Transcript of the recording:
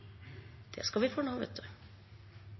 Det skal vi